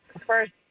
first